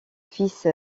fils